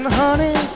honey